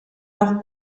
noch